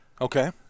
Okay